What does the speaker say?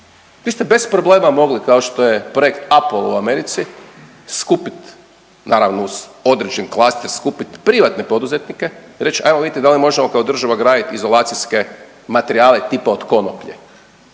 Vi ste bez problema mogli, kao što je projekt Apollo u Americi skupit, naravno uz određen klaster skupit privatne poduzetnike i reć ajmo vidjeti da li možemo kao država gradit izolacijske materijale tipa od konoplje